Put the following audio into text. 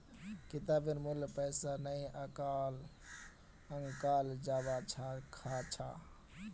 किताबेर मूल्य पैसा नइ आंकाल जबा स ख छ